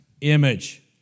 image